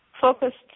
focused